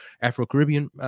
Afro-Caribbean